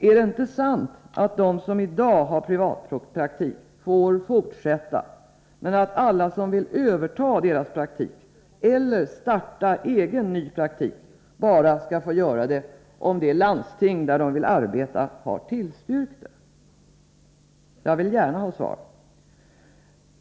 Är det inte sant att de som i dag har privatpraktik får fortsätta, men att alla som vill överta deras praktik eller starta egen ny praktik bara får göra det om det landsting där de vill arbeta har tillstyrkt det? Jag vill gärna ha svar.